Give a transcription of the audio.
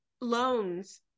loans